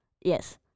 Yes